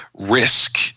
risk